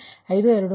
9986 minus ಆಗಿದೆ